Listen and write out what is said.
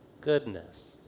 goodness